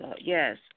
yes